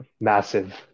massive